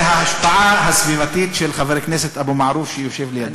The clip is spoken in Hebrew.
זה ההשפעה הסביבתית של חבר הכנסת אבו מערוף שיושב לידי.